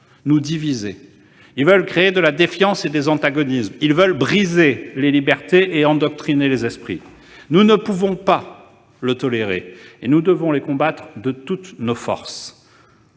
nous diviser. Ils veulent créer de la défiance et des antagonismes. Ils veulent briser les libertés et endoctriner les esprits. Nous ne pouvons pas le tolérer et nous devons les combattre de toutes nos forces.